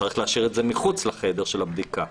צריך להשאיר את זה מחוץ לחדר הבדיקה.